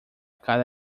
cada